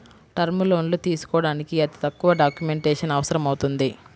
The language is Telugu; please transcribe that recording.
టర్మ్ లోన్లు తీసుకోడానికి అతి తక్కువ డాక్యుమెంటేషన్ అవసరమవుతుంది